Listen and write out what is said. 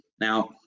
Now